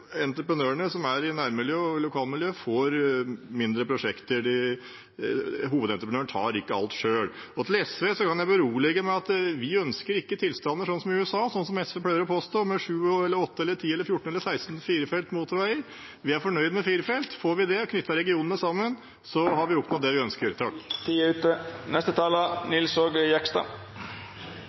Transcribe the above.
entreprenørene som er i nærmiljøet og i lokalmiljøet, får mindre prosjekter. Hovedentreprenøren tar ikke alt selv. Og til SV: Jeg kan berolige med at vi ønsker ikke tilstander som i USA, slik SV pleier å påstå, med 7- eller 8- eller 10- eller 14- eller 16-felts motorveier. Vi er fornøyd med fire felt. Får vi det og får knyttet regionene sammen, har vi oppnådd det vi ønsker.